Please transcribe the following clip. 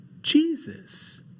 Jesus